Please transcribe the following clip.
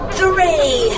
three